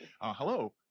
Hello